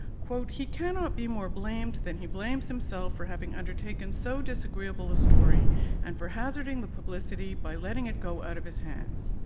he cannot be more blamed than he blames himself for having undertaken so disagreeable a story and for hazarding the publicity by letting it go out of his hands